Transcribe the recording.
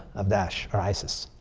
of daesh or isis.